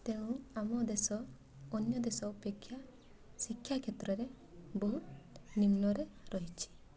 ତେଣୁ ଆମ ଦେଶ ଅନ୍ୟ ଦେଶ ଅପେକ୍ଷା ଶିକ୍ଷା କ୍ଷେତ୍ରରେ ବହୁ ନିମ୍ନରେ ରହିଛି